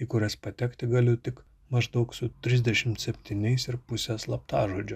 į kurias patekti galiu tik maždaug su trisdešim septyniais ir puse slaptažodžio